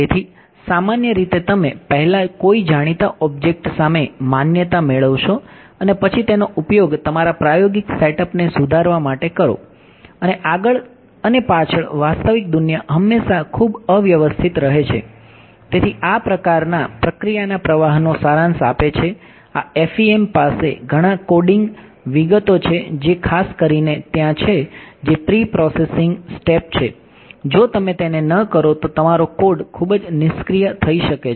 તેથી સામાન્ય રીતે તમે પહેલા કોઈ જાણીતા ઑબ્જેક્ટ સામે માન્યતા મેળવશો અને પછી તેનો ઉપયોગ તમારા પ્રાયોગિક સેટઅપ થઈ શકે છે